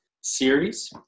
series